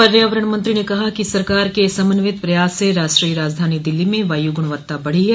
पर्यावरण मंत्री ने कहा कि सरकार के समन्वित प्रयास से राष्ट्रीय राजधानी दिल्ली में वायु गुणवत्ता बढ़ी है